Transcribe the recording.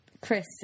Chris